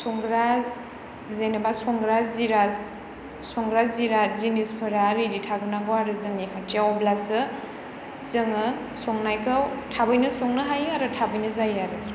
संग्रा जेन'बा संग्रा जिरास संग्रा जिराद जिनिसफोरा रेदि थाग्रोनांगौ आरो जोंनि खाथियाव अब्लासो जोङो संनायखौ थाबैनो संनो हायो आरो थाबैनो जायो आरो संनाया